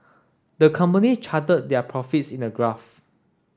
the company charted their profits in a graph